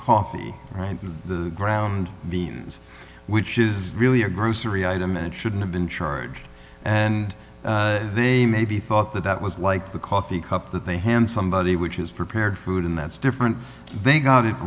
coffee right the ground beans which is really a grocery item and it shouldn't have been charged and they maybe thought that that was like the coffee cup that they hand somebody which is prepared food and that's different they got it